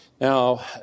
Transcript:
Now